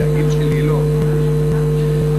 שולי, שולי,